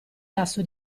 lasso